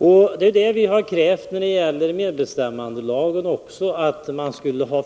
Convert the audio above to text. Vi har nu krävt sådana förändringar av MBL att man skulle kunna